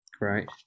Right